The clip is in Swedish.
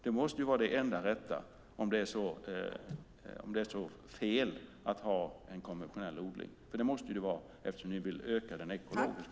Det måste ju vara det enda rätta om det är så fel att ha en konventionell odling. Det måste det ju vara eftersom ni vill öka den ekologiska.